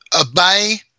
Obey